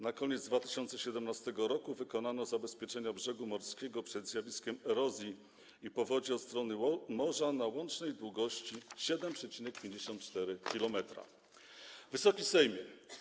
Na koniec 2017 r. wykonano zabezpieczenia brzegu morskiego przed zjawiskami erozji i powodzi od strony morza na łącznej długości 7,54 km. Wysoki Sejmie!